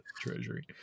treasury